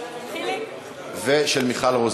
אני קובע כי הצעת חוק חובת סימון ופיקוח על בעלי-חיים